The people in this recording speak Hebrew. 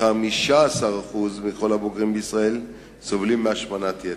וכ-15% מכל הבוגרים בישראל סובלים מהשמנת יתר.